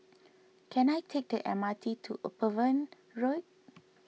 can I take the M R T to Upavon Road